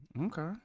Okay